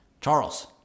Charles